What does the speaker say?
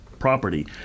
property